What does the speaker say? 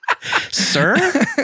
Sir